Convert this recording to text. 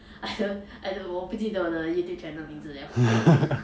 I don't I don't 我不记得我的 youtube channel 名字了